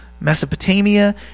Mesopotamia